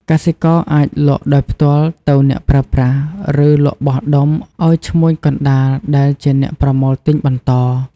កសិករអាចលក់ដោយផ្ទាល់ទៅអ្នកប្រើប្រាស់ ឬលក់បោះដុំឱ្យឈ្មួញកណ្ដាលដែលជាអ្នកប្រមូលទិញបន្ត។